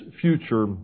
future